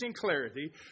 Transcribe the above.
clarity